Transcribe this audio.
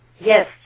Yes